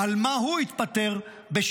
-- על מה הוא התפטר ב-1976,